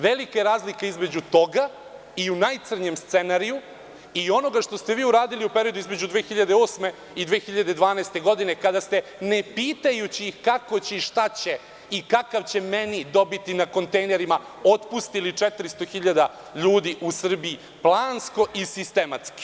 Velika je razlika između toga i u najcrnjem scenario i onoga što ste vi uradili u periodu između 2008. i 2012. godine, kada ste, ne pitajući ih kako će i šta će i kakav će meni dobiti na kontejnerima, otpustili 400 hiljada ljudi u Srbiji, plansko i sistematski.